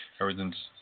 Everything's